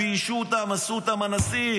ביישו אותם, עשו אותם אנסים.